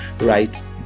right